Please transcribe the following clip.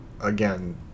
again